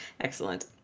Excellent